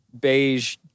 beige